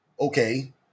Okay